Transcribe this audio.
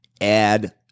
add